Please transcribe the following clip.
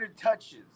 touches